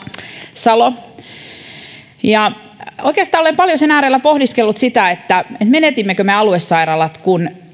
salo oikeastaan olen paljon sen äärellä pohdiskellut sitä menetimmekö me aluesairaalat kun